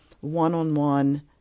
One-on-one